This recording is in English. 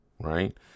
right